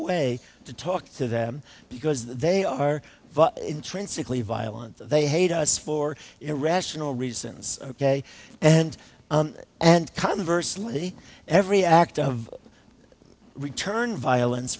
way to talk to them because they are intrinsically violent they hate us for irrational reasons ok and and conversely every act of return violence